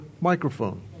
microphone